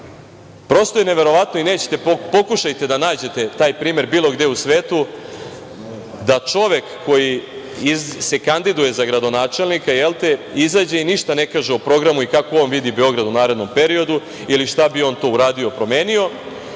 prosto je neverovatno i pokušajte da nađete taj primer bilo gde u svetu da čovek koji se kandiduje za gradonačelnika, jelte, izađe i ništa ne kaže o programu i kako on vidi Beograd u narednom periodu ili šta bi on to uradio i promenio,